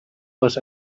was